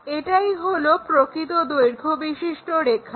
এটাই হলো প্রকৃত দৈর্ঘ্যবিশিষ্ট রেখা